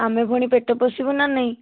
ଆମେ ପୁଣି ପେଟ ପୋଷିବୁ ନା ନାଇଁ